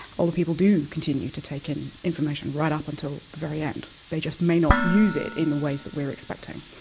older people do continue to take in information, right up until the very end. they just may not use it in the ways that we are expecting.